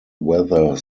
weather